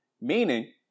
meaning